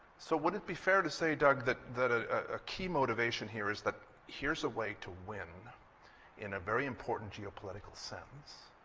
so would it be fair to say, doug, that that ah a key motivation here is that here's a way to win in a very important geopolitical sense,